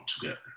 together